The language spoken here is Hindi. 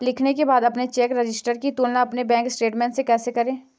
लिखने के बाद अपने चेक रजिस्टर की तुलना अपने बैंक स्टेटमेंट से करें